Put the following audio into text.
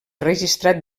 registrat